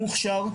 המוכשר,